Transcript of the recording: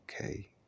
okay